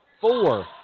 Four